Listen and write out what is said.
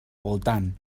voltant